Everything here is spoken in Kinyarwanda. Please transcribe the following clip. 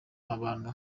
abantu